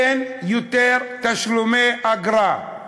אין יותר תשלומי אגרה,